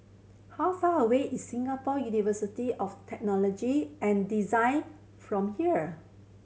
how far away is Singapore University of Technology and Design from here